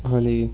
ਹਾਂਜੀ